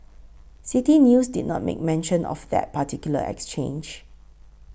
City News did not make mention of that particular exchange